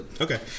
okay